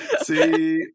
See